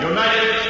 United